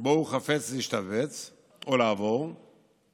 שבו הוא חפץ להשתבץ או לעבור אליו.